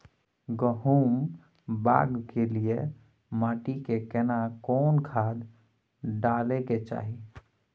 गहुम बाग के लिये माटी मे केना कोन खाद डालै के चाही?